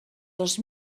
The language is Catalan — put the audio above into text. dos